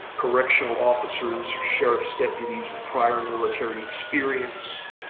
correctional officers or sheriffs deputies with prior military experience.